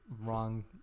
wrong